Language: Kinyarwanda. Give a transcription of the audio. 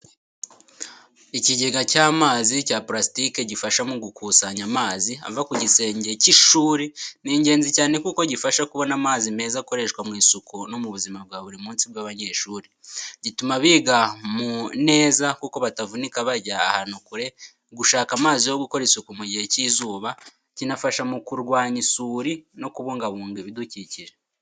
Ikigega cy’amazi cya purasitike gifasha mu gukusanya amazi ava ku gisenge cy’ishuri ni ingenzi cyane kuko gifasha kubona amazi meza akoreshwa mu isuku no mu buzima bwa buri munsi bw’abanyeshuri. Gituma biga mu neza kuko batavunika bajya ahantu kure gushaka amazi yo gukora isuku mu gihe cy'izuba. Kinafasha mu kurwanya isuri no kubungabunga ibidukikije.